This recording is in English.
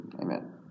Amen